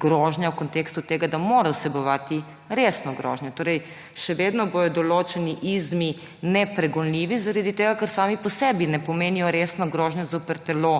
grožnja v kontekstu tega, da mora vsebovati resno grožnjo. Torej, še vedno bodo določeni izmi nepregonljivi zaradi tega, ker sami po sebi ne pomenijo resne grožnje zoper telo